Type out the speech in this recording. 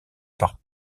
par